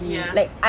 ya